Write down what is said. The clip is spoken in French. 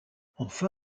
enfin